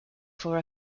for